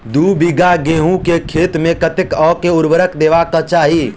दु बीघा गहूम केँ खेत मे कतेक आ केँ उर्वरक देबाक चाहि?